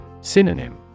Synonym